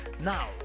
Now